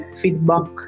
feedback